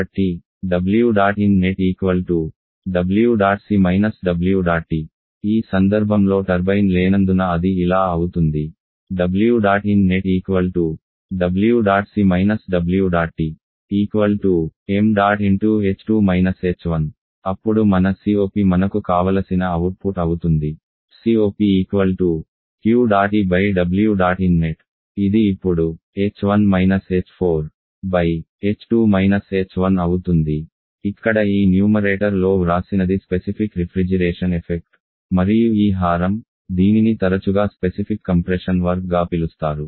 కాబట్టి Ẇinnet ẆC ẆT ఈ సందర్భంలో టర్బైన్ లేనందున అది ఇలా అవుతుంది Ẇinnet ẆC ẆT ṁ అప్పుడు మన COP మనకు కావలసిన అవుట్పుట్ అవుతుంది cop Q̇̇EẆinnet ఇది ఇప్పుడు అవుతుంది ఇక్కడ ఈ న్యూమరేటర్ లో వ్రాసినది స్పెసిఫిక్ రిఫ్రిజిరేషన్ ఎఫెక్ట్ మరియు ఈ హారం దీనిని తరచుగా స్పెసిఫిక్ కంప్రెషన్ వర్క్ గా పిలుస్తారు